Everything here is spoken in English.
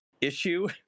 issue